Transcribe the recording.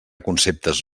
conceptes